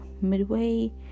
midway